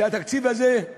שהתקציב הזה הוא